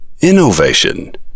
Innovation